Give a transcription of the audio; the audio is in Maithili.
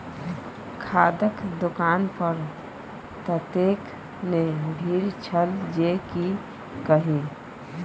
खादक दोकान पर ततेक ने भीड़ छल जे की कही